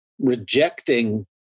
rejecting